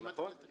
בשביל מה צריך?